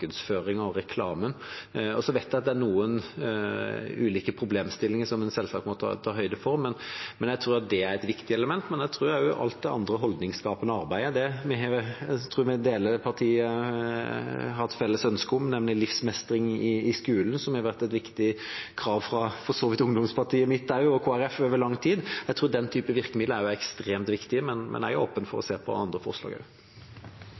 reklamen. Jeg vet også at det er ulike problemstillinger som man selvsagt må ta høyde for. Jeg tror at dette er et viktig element, men jeg tror også på alt det andre holdningsskapende arbeidet og det jeg tror partiene har et felles ønske om, nemlig livsmestring i skolen, som har vært et viktig krav fra Kristelig Folkeparti og for så vidt ungdomspartiet også over lang tid. Jeg tror den typen virkemidler er ekstremt viktige, men jeg er åpen for å se på andre forslag